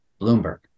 Bloomberg